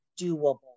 doable